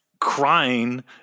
crying